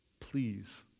please